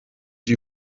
die